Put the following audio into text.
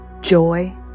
joy